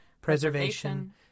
preservation